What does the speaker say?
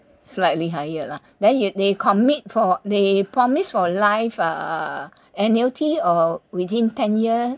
slightly higher lah then you they commit for they promise for life err annuity or within ten years